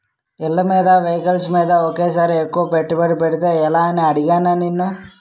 ఇళ్ళమీద, వెహికల్స్ మీద ఒకేసారి ఎక్కువ పెట్టుబడి పెడితే ఎలా అని అడిగానా నిన్ను